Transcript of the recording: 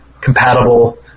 compatible